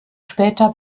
später